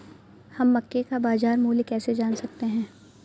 हम मक्के का बाजार मूल्य कैसे जान सकते हैं?